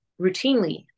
routinely